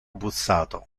bussato